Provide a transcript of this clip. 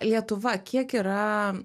lietuva kiek yra